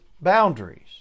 boundaries